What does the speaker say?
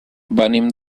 venim